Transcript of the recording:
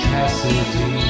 Cassidy